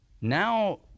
Now